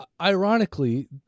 ironically